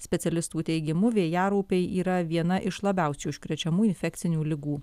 specialistų teigimu vėjaraupiai yra viena iš labiausiai užkrečiamų infekcinių ligų